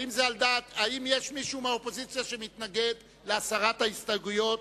האם יש מישהו מהאופוזיציה שמתנגד להסרת ההסתייגויות?